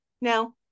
Now